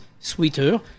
Sweeter